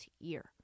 year